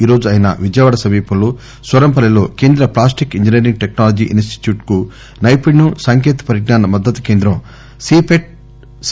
ఈరోజు ఆయన విజయవాడ సమీపంలో సూరంపల్లిలో కేంద్ర plastic engineering technology institute కు నైపుణ్యం సాంకేతిక పరిజ్ఞాన మద్దతు కేంద్రం సీపెట్ సి